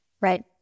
Right